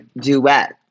duet